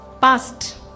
Past